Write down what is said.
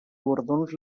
guardons